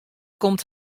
komt